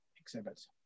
exhibits